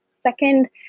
Second